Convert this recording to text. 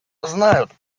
знают